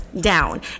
down